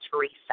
Teresa